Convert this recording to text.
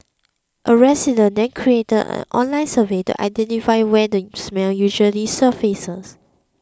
a resident then created an online survey to identify when the smell usually surfaces